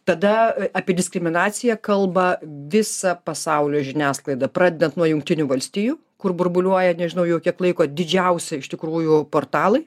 tada apie diskriminaciją kalba visa pasaulio žiniasklaida pradedant nuo jungtinių valstijų kur burbuliuoja nežinau jau kiek laiko didžiausi iš tikrųjų portalai